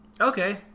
Okay